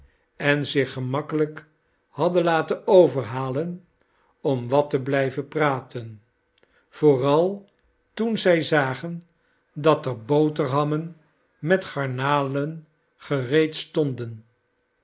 en zich gemakkelijk hadden laten overhalen om wat te blijven praten vooral toen zij zagen dat er boterhammen met garnalen